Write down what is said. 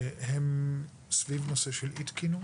הם סביב נושא של אי תקינות.